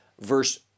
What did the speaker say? verse